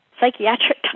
psychiatric